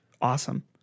awesome